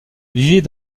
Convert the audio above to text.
vivait